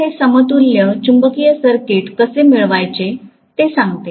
तर हे समतुल्य चुंबकीय सर्किट कसे मिळवायचे ते सांगते